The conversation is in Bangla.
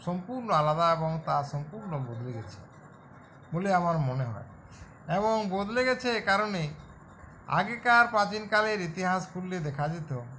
সম্পূর্ণ আলাদা এবং তা সম্পূর্ণ বদলে গেছে বলে আমার মনে হয় এবং বদলে গেছে এ কারণে আগেকার প্রাচীনকালের ইতিহাস খুললে দেখা যেত